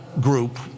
group